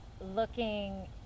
looking